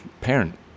parent